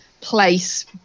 place